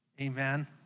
Amen